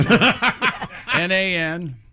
N-A-N